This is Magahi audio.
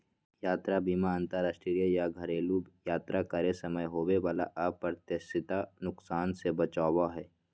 यात्रा बीमा अंतरराष्ट्रीय या घरेलू यात्रा करे समय होबय वला अप्रत्याशित नुकसान से बचाबो हय